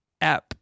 app